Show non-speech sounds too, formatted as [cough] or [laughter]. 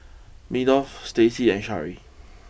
Meadow [noise] Stacy and Shari